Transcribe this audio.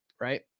Right